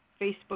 Facebook